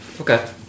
Okay